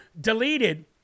deleted